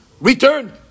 return